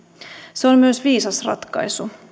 se on myös viisas ratkaisu